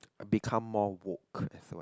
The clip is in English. become more vogue as well